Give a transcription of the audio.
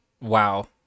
wow